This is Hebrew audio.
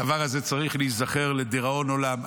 הדבר הזה צריך להיזכר לדיראון עולם,